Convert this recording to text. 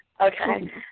Okay